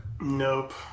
Nope